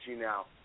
now